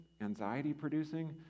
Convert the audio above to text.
anxiety-producing